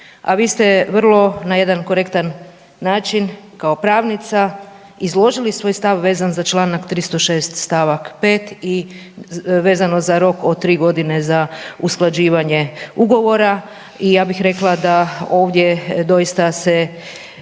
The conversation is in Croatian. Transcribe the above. A vi ste vrlo na jedan korektan način kao pravnica izložili svoj stav vezan za čl. 306. st. 5. i vezano za rok od tri godine za usklađivanje ugovora. I ja bih rekao da ovdje doista se